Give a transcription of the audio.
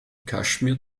kaschmir